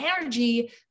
energy